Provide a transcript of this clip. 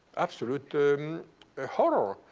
absolute um ah horror.